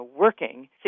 working